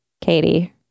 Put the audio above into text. Katie